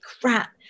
crap